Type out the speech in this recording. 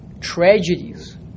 tragedies